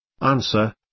Answer